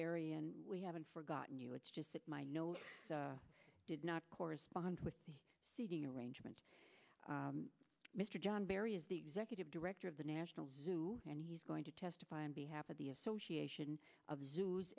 barry and we haven't forgotten you it's just my notes did not correspond with the seating arrangement mr john barry is the executive director of the national and he's going to testify on behalf of the association of zoos